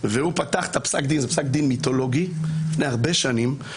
לכל האתגרים שעומדים בפני מדינת ישראל.